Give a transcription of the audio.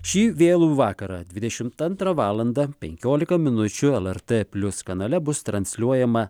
šį vėlų vakarą dvidešimt antrą valandą penkiolika minučių lrt plius kanale bus transliuojama